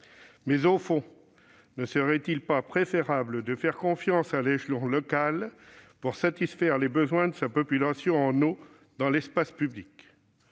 Au fond, ne serait-il pas préférable de faire confiance à l'échelon local pour satisfaire les besoins de sa population en eau dans l'espace public ?